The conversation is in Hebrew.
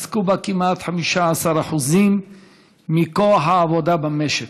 עסקו בה כמעט 15% מכוח העבודה במשק.